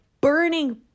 burning